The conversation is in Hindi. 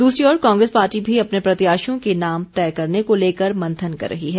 दूसरी ओर कांग्रेस पार्टी भी अपने प्रत्याशियों के नाम तय करने को लेकर मंथन कर रही है